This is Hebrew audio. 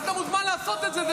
אתה מוזמן לעשות את זה,